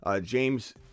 James